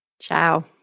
Ciao